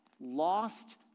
lost